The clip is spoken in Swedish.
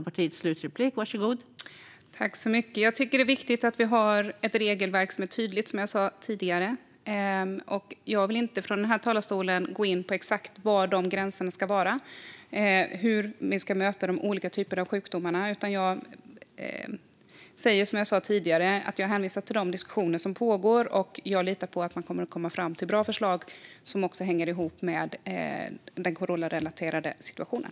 Fru talman! Jag tycker att det är viktigt att vi har ett regelverk som är tydligt, som jag sa tidigare. Jag vill inte från den här talarstolen gå in på exakt var de gränserna ska gå och hur vi ska möta de olika typerna av sjukdomar, utan som jag sa tidigare hänvisar jag till de diskussioner som pågår. Jag litar på att de leder till att man kommer fram till bra förslag som också hänger ihop med den coronarelaterade situationen.